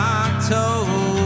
october